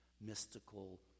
mystical